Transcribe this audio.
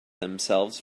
themselves